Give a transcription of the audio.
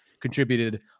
contributed